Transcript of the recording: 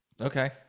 okay